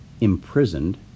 imprisoned